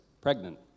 pregnant